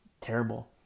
terrible